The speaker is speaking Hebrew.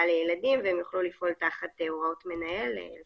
לילדים והם יוכלו לפעול תחת הוראות מנהל.